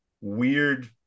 weird